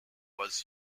was